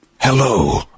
Hello